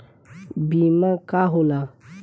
बीमा का होला?